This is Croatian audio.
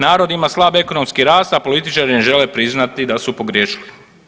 Narod ima slab ekonomski rast, a političari ne žele priznati da su pogriješili.